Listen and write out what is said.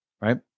Right